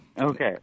Okay